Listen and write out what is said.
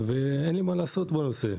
ואין לי מה לעשות בנושא.